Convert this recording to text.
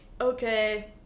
okay